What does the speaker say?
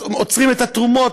אז עוצרים את התרומות,